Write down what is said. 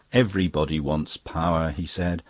everybody wants power, he said.